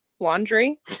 laundry